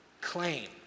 claim